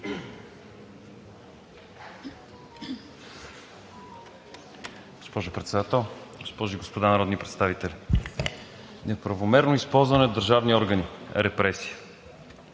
Госпожо Председател, госпожи и господа народни представители! Неправомерно използване на държавни органи – репресия.